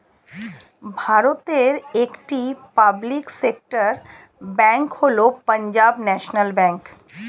ভারতের একটি public sector bank হল পাঞ্জাব ন্যাশনাল ব্যাঙ্ক